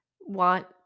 want